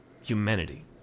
Humanity